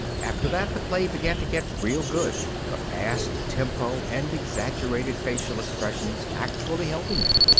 after that, the play began to get real good, the fast tempo and exaggerated facial expressions actually helping it.